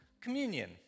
communion